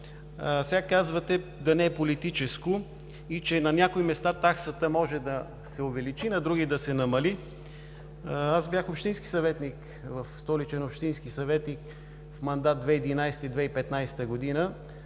Сега казвате: да не е политическо, и че на някои места таксата може да се увели, на други да се намали. Бях общински съветник в Столичен общински съвет и в мандат 2011 – 2015 г.